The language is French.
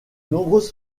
nombreuses